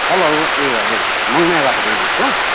hello ए हजुर मङमायाबाट बोल्नुभएको